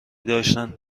داشتن